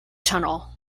tunnel